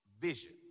vision